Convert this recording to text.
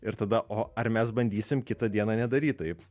ir tada o ar mes bandysim kitą dieną nedaryt taip